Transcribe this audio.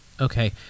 Okay